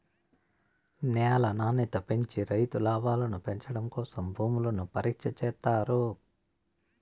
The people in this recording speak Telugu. న్యాల నాణ్యత పెంచి రైతు లాభాలను పెంచడం కోసం భూములను పరీక్ష చేత్తారు